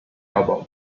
album